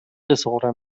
disorder